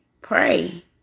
Pray